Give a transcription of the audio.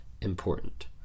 important